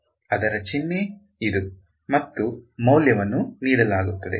ಅದರ ಚಿಹ್ನೆಗಳು ಮತ್ತು ಅದರ ಮೌಲ್ಯವನ್ನು ನೀಡಲಾಗುತ್ತದೆ